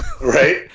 Right